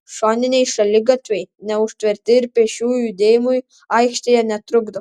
šoniniai šaligatviai neužtverti ir pėsčiųjų judėjimui aikštėje netrukdo